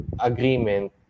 agreement